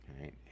right